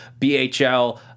bhl